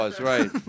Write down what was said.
right